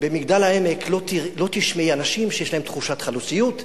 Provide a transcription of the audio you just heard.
במגדל-העמק לא תשמעי אנשים שיש להם תחושת חלוציות.